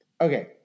Okay